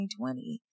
2020